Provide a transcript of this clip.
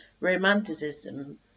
romanticism